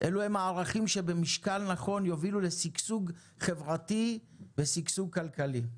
אלו הם הערכים שבמשקל נכון יובילו לשגשוג חברתי ושגשוג כלכלי.